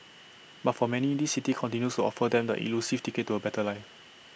but for many this city continues to offer them the elusive ticket to A better life